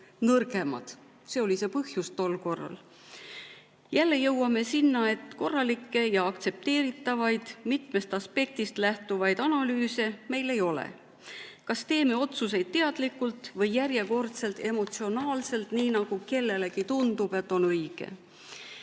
See oli see põhjus tol korral. Jälle jõuame sinna, et korralikke ja aktsepteeritavaid mitmest aspektist lähtuvaid analüüse meil ei ole. Me kas teeme otsuseid teadlikult või järjekordselt emotsionaalselt, nii nagu kellelegi tundub, et on õige.